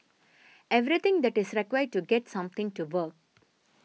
everything that is required to get something to work